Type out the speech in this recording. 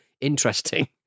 interesting